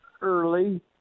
early